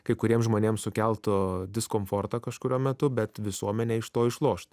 kai kuriems žmonėms sukeltų diskomfortą kažkuriuo metu bet visuomenė iš to išlošt